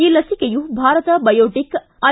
ಈ ಲಸಿಕೆಯು ಭಾರತ ಬಯೋಟೆಕ್ ಐ